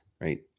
right